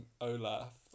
Olaf